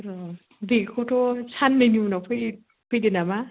औ बेखौथ' साननैनि उनाव फै फैदो नामा